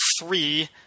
three